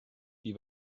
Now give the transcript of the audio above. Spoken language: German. die